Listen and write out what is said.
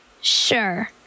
Sure